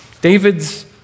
David's